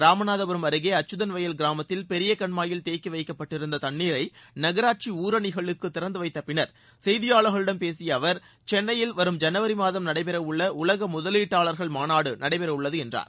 இராமநாதபுரம் அருகே அச்சுதன்வாயல் கிராமத்தில் பெரிய கண்மாயில் தேக்கி வைக்கப்பட்டிருந்த தண்ணீரை நகராட்சி ஊரணிகளுக்கு திறந்து வைத்தப் பின்னர் செய்தியாளர்களிடம் பேசிய அவர் சென்னையில் வரும் ஜனவரி மாதம் நடைபெறவுள்ள உலக முதலீட்டாளர்கள் மாநாடு நடைபெறவுள்ளது என்றார்